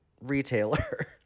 retailer